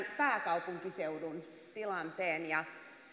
pääkaupunkiseudun tilanne ja